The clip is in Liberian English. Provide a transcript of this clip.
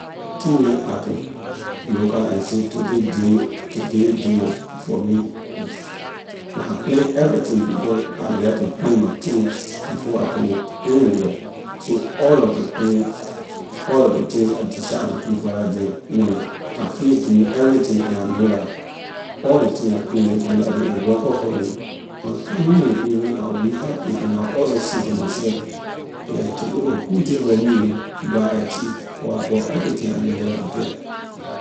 Thing neh I can looka and say today day today day was good for me was when I plan everything because I like to plan my things before I go anywhere so all of ley plans all of the thing I decide to do for la day when I finish doing everything and I know la all ley thing I plan to do la day and a work up for me when I come home in ley evening I will be happy and I will also say to myself yeah today was good day for me ho because I achieve or I got everything I needed to get.